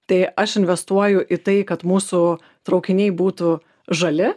tai aš investuoju į tai kad mūsų traukiniai būtų žali